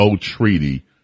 treaty